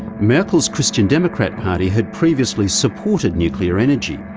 merkel's christian democrat party had previously supported nuclear energy.